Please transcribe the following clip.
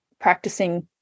practicing